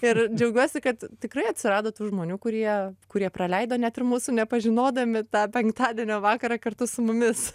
ir džiaugiuosi kad tikrai atsirado tų žmonių kurie kurie praleido net ir mūsų nepažinodami tą penktadienio vakarą kartu su mumis